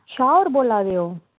शाह होर बोला दे ओ